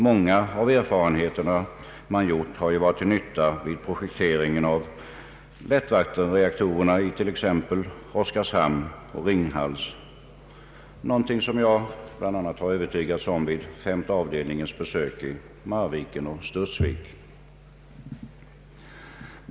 Många av erfarenheterna man gjort har ju varit till nytta vid projekteringen av lättvattenreaktorerna i t.ex. Oskarshamn och Ringhals, något som jag övertygats om vid femte avdelningens besök i Marviken och Studsvik.